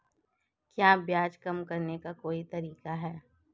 क्या ब्याज कम करने का कोई तरीका है?